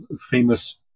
Famous